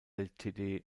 ltd